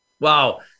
Wow